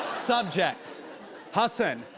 subject hasan,